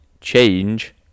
change